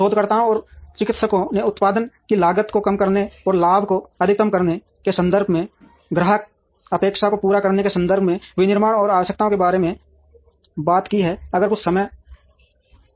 शोधकर्ताओं और चिकित्सकों ने उत्पादन की लागत को कम करने और लाभ को अधिकतम करने के संदर्भ से ग्राहक अपेक्षा को पूरा करने के संदर्भ में विनिर्माण की आवश्यकताओं के बारे में बात की है